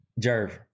Jerv